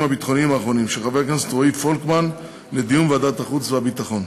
הביטחוניים האחרונים לדיון בוועדת החוץ והביטחון.